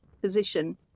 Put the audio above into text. position